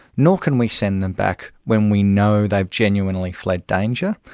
nor can we send them back when we know they've genuinely fled danger.